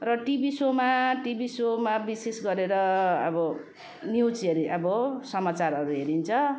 र टिभी सोमा टिभी सोमा विशेष गरेर अब न्युजहरू अब समाचारहरू हेरिन्छ